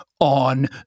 on